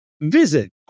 Visit